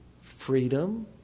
freedom